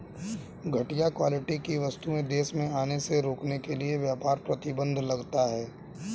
घटिया क्वालिटी की वस्तुएं देश में आने से रोकने के लिए व्यापार प्रतिबंध लगता है